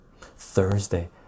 Thursday